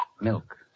Milk